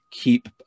Keep